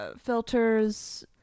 filters